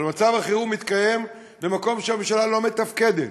אבל מצב החירום מתקיים במקום שהממשלה לא מתפקדת,